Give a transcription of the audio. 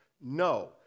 No